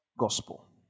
gospel